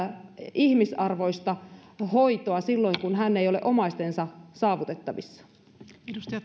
ihmisarvoista hoitoa silloin kun hän ei ole omaistensa saavutettavissa arvoisa